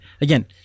again